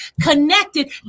connected